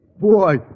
Boy